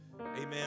amen